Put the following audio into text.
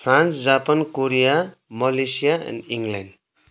France Japan Korea Malaysia and England